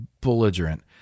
belligerent